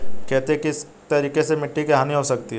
खेती के किस तरीके से मिट्टी की हानि हो सकती है?